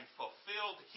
fulfilled